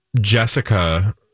Jessica